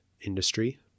industry